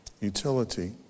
Utility